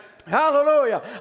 Hallelujah